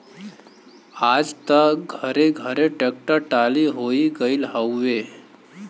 आज त घरे घरे ट्रेक्टर टाली होई गईल हउवे